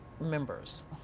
members